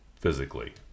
physically